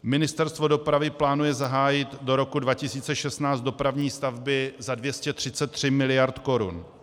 Ministerstvo dopravy plánuje zahájit do roku 2016 dopravní stavby za 233 mld. korun.